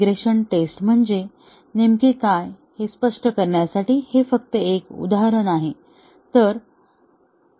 regression test म्हणजे नेमके काय हे स्पष्ट करण्यासाठी हे फक्त एक उदाहरण आहे